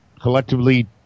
collectively